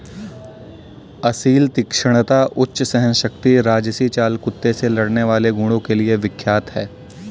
असील तीक्ष्णता, उच्च सहनशक्ति राजसी चाल कुत्ते से लड़ने वाले गुणों के लिए विख्यात है